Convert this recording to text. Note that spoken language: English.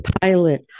pilot